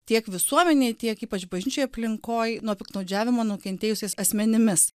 tiek visuomenėj tiek ypač bažnyčioj aplinkoj nuo piktnaudžiavimo nukentėjusiais asmenimis